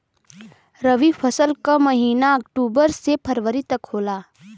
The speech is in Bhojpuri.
रवी फसल क महिना अक्टूबर से फरवरी तक होला